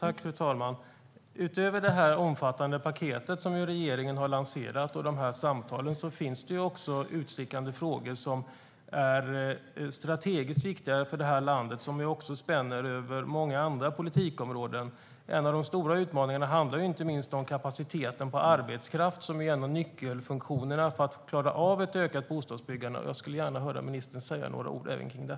Fru talman! Utöver det omfattande paket som regeringen har lanserat och samtalen finns det utstickande frågor som är strategiskt viktiga för det här landet och som spänner över många andra politikområden. En av de stora utmaningarna handlar om kapaciteten när det gäller arbetskraft, som är en av nyckelfunktionerna för att klara av ett ökat bostadsbyggande. Jag vill gärna höra ministern säga några ord även om det.